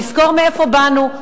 לזכור מאיפה באנו,